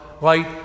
light